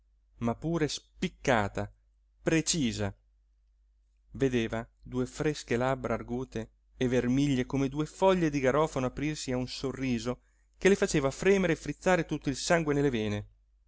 ma pure spiccata precisa vedeva due fresche labbra argute e vermiglie come due foglie di garofano aprirsi a un sorriso che le faceva fremere e frizzare tutto il sangue nelle vene